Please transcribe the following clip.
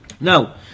Now